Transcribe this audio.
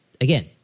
again